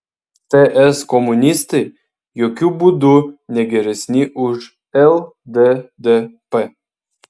ts komunistai jokiu būdu ne geresni už lddp